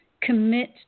commit